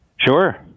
Sure